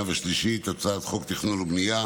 ושלישית את הצעת חוק התכנון והבנייה